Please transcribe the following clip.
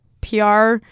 PR